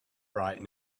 right